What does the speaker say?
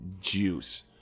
juice